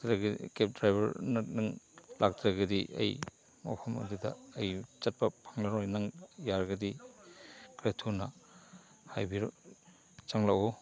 ꯅꯠꯇ꯭ꯔꯒꯒꯤ cab driver ꯅꯪ ꯂꯥꯛꯇ꯭ꯔꯒꯗꯤ ꯑꯩ ꯃꯐꯝ ꯑꯗꯨꯗ ꯑꯩ ꯆꯠꯄ ꯐꯪꯂꯔꯣꯏ ꯅꯪ ꯌꯥꯔꯒꯗꯤ ꯈꯔ ꯊꯨꯅ ꯆꯪꯂꯛꯎ